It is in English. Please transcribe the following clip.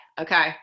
okay